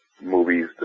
movies